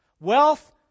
Wealth